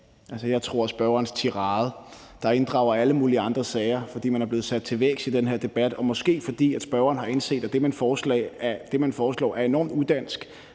Jeg tror, at spørgerens tirade, der inddrager alle mulige andre sager, skyldes, at man er blevet sat til vægs i den her debat, og måske, at spørgeren har indset, at det, man foreslår, er enormt udansk,